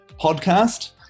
podcast